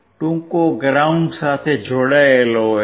ટુંકો ground સાથે જોડાયેલ છે